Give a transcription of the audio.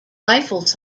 rifles